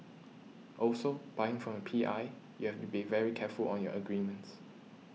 also buying from a P I you have to be very careful on your agreements